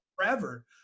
forever